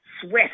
SWIFT